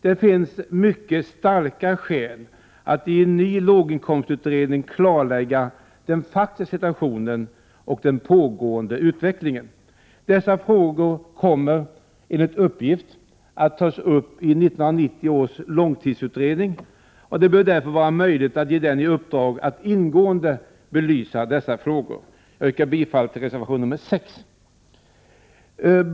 Det finns mycket starka skäl att i en ny låginkomstutredning klarlägga den faktiska situationen och den pågående utvecklingen. Dessa frågor kommer, enligt uppgift, att tas upp i 1990 års långtidsutredning, och det bör därför vara möjligt att ge utredningen i uppdrag att ingående belysa dessa frågor. Jag yrkar bifall till reservation 6.